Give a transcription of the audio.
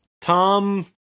Tom